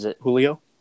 Julio